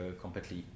completely